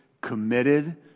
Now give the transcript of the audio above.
committed